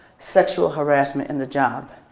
sexual harassment in the job,